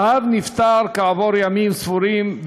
האב נפטר כעבור ימים ספורים,